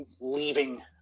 leaving